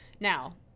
now